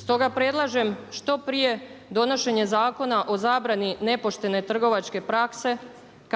Stoga predlažem što prije donošenje Zakona o zabrani nepoštene trgovačke prakse